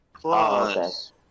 Plus